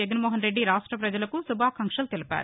జగన్మోహన్ రెడ్డి రాష్ట పజలకు శుభాకాంక్షలు తెలిపారు